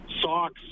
socks